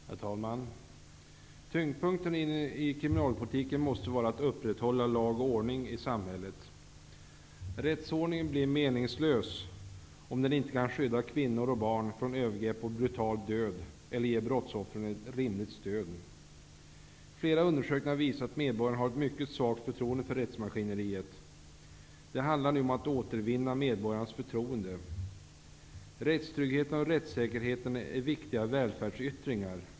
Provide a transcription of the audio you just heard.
Herr talman! Tyngdpunkten i kriminalpolitiken måste vara att upprätthålla lag och ordning i samhället. Rättsordningen blir meningslös, om den inte kan skydda kvinnor och barn från övergrepp och brutal död eller ge brottsoffren ett rimligt stöd. Flera undersökningar har visat att medborgarna har ett mycket svagt förtroende för rättsmaskineriet. Det handlar nu om att återvinna medborgarnas förtroende. Rättstryggheten och rättssäkerheten är viktiga välfärdsyttringar.